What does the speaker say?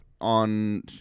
on